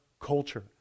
culture